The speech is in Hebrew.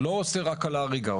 הוא לא אוסר רק על ההריגה,